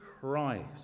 Christ